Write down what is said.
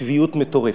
לקוטביות מטורפת.